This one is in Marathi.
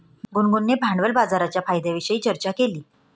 गुनगुनने भांडवल बाजाराच्या फायद्यांविषयी चर्चा केली